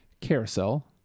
Carousel